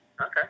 okay